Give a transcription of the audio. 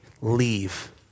leave